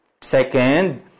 Second